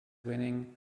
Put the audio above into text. winning